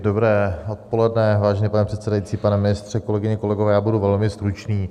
Dobré odpoledne, vážený pane předsedající, pane ministře, kolegyně, kolegové, budu velmi stručný.